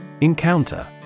Encounter